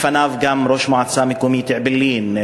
לפניו, גם ראש המועצה המקומית אעבלין,